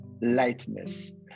lightness